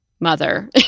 mother